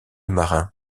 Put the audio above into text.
marin